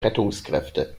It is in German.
rettungskräfte